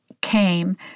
came